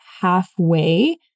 halfway